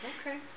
Okay